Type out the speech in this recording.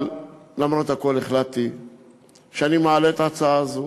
אבל למרות הכול החלטתי שאני מעלה את ההצעה הזו,